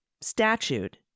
statute